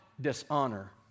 dishonor